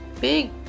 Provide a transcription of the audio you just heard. Big